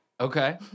Okay